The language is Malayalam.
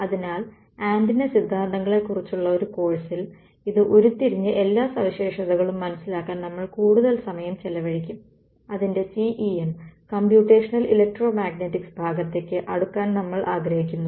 അതിനാൽ ആന്റിന സിദ്ധാന്തത്തെക്കുറിച്ചുള്ള ഒരു കോഴ്സിൽ ഇത് ഉരുത്തിരിഞ്ഞ് എല്ലാ സവിശേഷതകളും മനസിലാക്കാൻ നമ്മൾ കൂടുതൽ സമയം ചെലവഴിക്കും അതിന്റെ CEM കമ്പ്യൂട്ടേഷണൽ ഇലക്ട്രോ മാഗ്നറ്റിക്സ് ഭാഗത്തേക്ക് അടുക്കാൻ നമ്മൾ ആഗ്രഹിക്കുന്നു